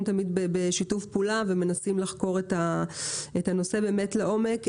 תמיד בשיתוף פעולה ומנסים לחקור את הנושא לעומק.